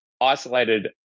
isolated